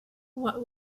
what